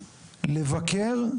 לבקר,